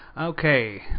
Okay